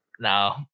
No